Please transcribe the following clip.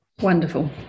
Wonderful